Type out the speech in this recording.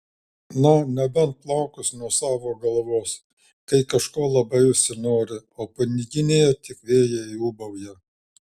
na nebent plaukus nuo savo galvos kai kažko labai užsinori o piniginėje tik vėjai ūbauja